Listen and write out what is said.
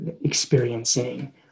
experiencing